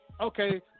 Okay